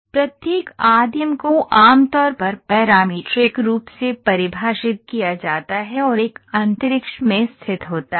प्रत्येक आदिम को आमतौर पर पैरामीट्रिक रूप से परिभाषित किया जाता है और एक अंतरिक्ष में स्थित होता है